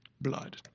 blood